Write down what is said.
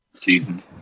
Season